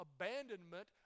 abandonment